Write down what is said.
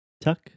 Tuck